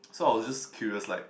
so I was just curious like